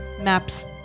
maps